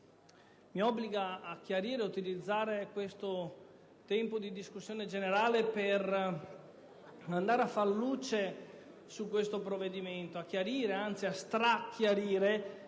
mi obbliga a chiarire ed utilizzare questo tempo di discussione generale per fare luce su questo provvedimento, a chiarire anzi a strachiarire,